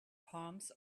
palms